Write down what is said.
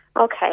Okay